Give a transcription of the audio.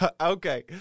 Okay